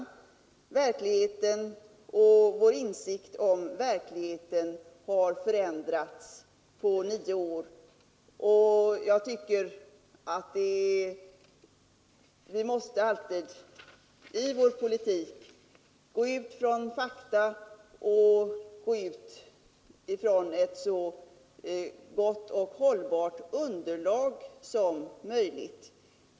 Verkligheten, och vår åsikt — LL om verkligheten, har förändrats på nio år. Vi måste alltid i vår politik gå Familjepolitik ut från fakta och från ett så gott och hållbart underlag som möjligt.